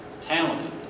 talented